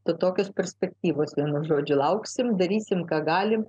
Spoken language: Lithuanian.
tokios perspektyvos vienu žodžiu lauksim darysim ką galim